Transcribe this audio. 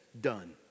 done